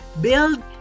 Build